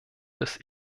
des